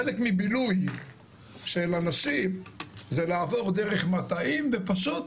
חלק מבילוי של אנשים זה לעבור דרך מטעים ופשוט